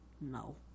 no